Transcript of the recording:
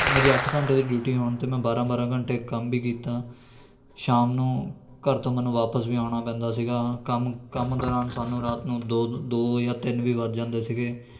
ਮੇਰੀ ਅੱਠ ਘੰਟੇ ਦੀ ਡਿਊਟੀ ਹੋਣ 'ਤੇ ਮੈਂ ਬਾਰਾਂ ਬਾਰਾਂ ਘੰਟੇ ਕੰਮ ਵੀ ਕੀਤਾ ਸ਼ਾਮ ਨੂੰ ਘਰ ਤੋਂ ਮੈਨੂੰ ਵਾਪਸ ਵੀ ਆਉਣਾ ਪੈਂਦਾ ਸੀਗਾ ਕੰਮ ਕੰਮ ਦੌਰਾਨ ਸਾਨੂੰ ਰਾਤ ਨੂੰ ਦੋ ਦੋ ਜਾਂ ਤਿੰਨ ਵੀ ਵੱਜ ਜਾਂਦੇ ਸੀਗੇ